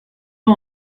pas